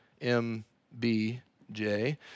M-B-J